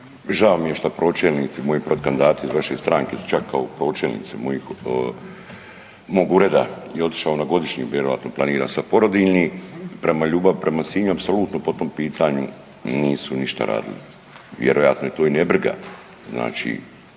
Žao mi je što pročelnici moji protukandidati iz vaše stranke su čak kao pročelnici mog ureda je otišao na godišnji. Vjerojatno sada planira sada porodiljni. Ljubav prema Sinju apsolutno po tom pitanju nisu ništa radili. Vjerojatno je to i nebriga